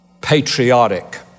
patriotic